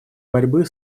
борьбы